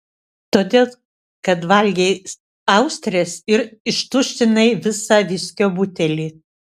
todėl kad valgei austres ir ištuštinai visą viskio butelį